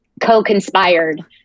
co-conspired